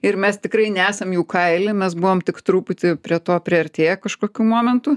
ir mes tikrai nesam jų kaily mes buvom tik truputį prie to priartėję kažkokiu momentu